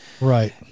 right